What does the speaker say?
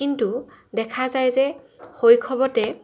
কিন্তু দেখা যায় যে শৈশৱতে